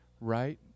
right